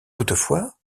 toutefois